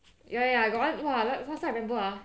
ya ya I got one !wah! last time I remember ah